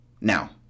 Now